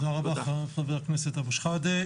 תודה רבה חבר הכנסת אבו שחאדה.